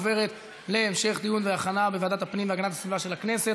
לוועדת הפנים והגנת הסביבה נתקבלה.